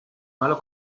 malo